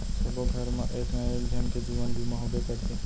सबो घर मा एक ना एक झन के जीवन बीमा होबे करथे